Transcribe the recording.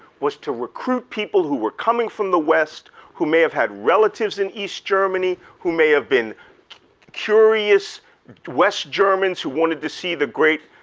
was to recruit people who were coming from the west who may have had relatives in east germany, who may have been curious west germans who wanted to see the great,